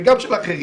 וגם של אחרים,